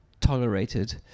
tolerated